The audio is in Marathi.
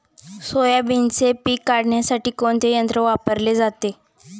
सोयाबीनचे पीक काढण्यासाठी कोणते यंत्र वापरले जाते?